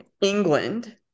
England